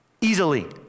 easily